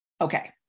Okay